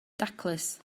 daclus